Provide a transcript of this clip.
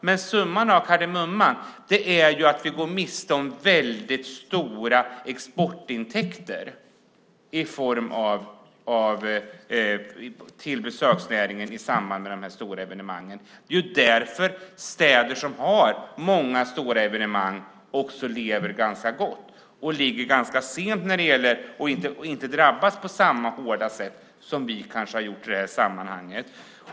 Men summan av kardemumman är att vi går miste om väldigt stora exportintäkter till besöksnäringen just i samband med stora evenemang. Det är därför som städer som har många stora evenemang lever ganska gott. De ligger ganska sent när det gäller att inte drabbas på samma hårda sätt som vi kanske gjort i sammanhanget.